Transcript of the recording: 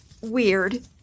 weird